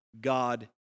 God